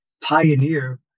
pioneer